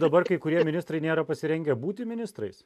dabar kai kurie ministrai nėra pasirengę būti ministrais